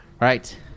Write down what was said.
right